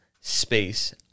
space